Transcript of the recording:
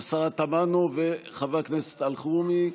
חבר הכנסת אלחרומי,